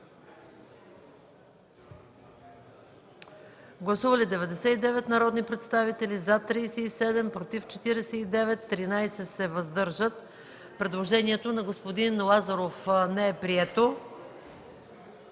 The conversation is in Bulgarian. Гласували 99 народни представители: за 37, против 49, въздържали се 13. Предложението на господин Лазаров не е прието.